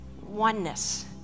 oneness